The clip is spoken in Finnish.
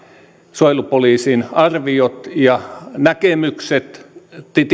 suojelupoliisin arviot ja näkemykset